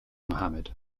muhammad